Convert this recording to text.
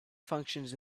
functions